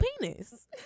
penis